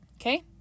Okay